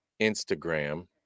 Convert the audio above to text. Instagram